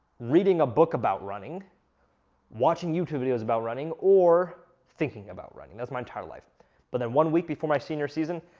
reading a book about running watching youtube videos about running, or thinking about running that's my entire life but then one week before my senior season,